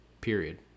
Period